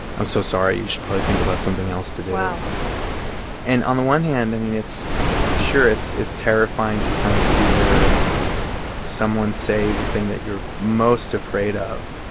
i'm so sorry. you should probably think about something else to do wow and on the one hand, i mean, it's sure, it's it's terrifying to kind of hear someone say the thing that you're most afraid of,